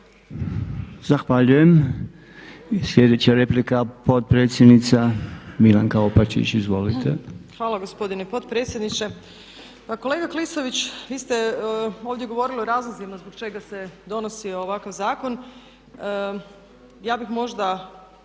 Zahvaljujem. Sljedeća replika potpredsjednica Milanka Opačić. Izvolite. **Opačić, Milanka (SDP)** Hvala gospodine potpredsjedniče. Pa kolega Klisović, vi ste ovdje govorili o razlozima zbog čega se donosi ovakav zakon. Ja bih možda